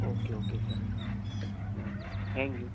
okay okay sir વાંધો નહીં thank you